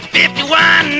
51